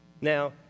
Now